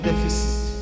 deficit